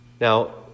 Now